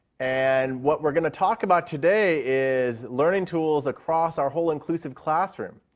and what we are going to talk about today is learning tools across our whole inclusive classroom,